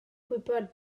gwybod